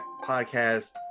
podcast